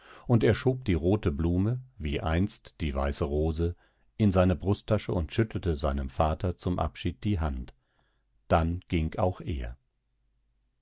und er schob die rote blume wie einst die weiße rose in seine brusttasche und schüttelte seinem vater zum abschied die hand dann ging auch er